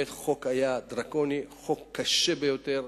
החוק היה דרקוני, חוק קשה ביותר.